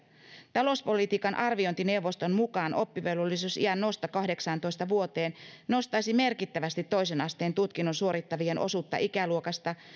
talouspolitiikan arviointineuvoston mukaan oppivelvollisuusiän nosto kahdeksaantoista vuoteen nostaisi merkittävästi toisen asteen tutkinnon suorittavien osuutta ikäluokasta